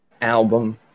album